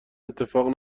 اتفاق